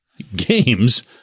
games